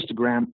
Instagram